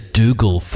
Dougal